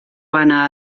bana